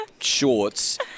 shorts